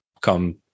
come